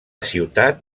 ciutat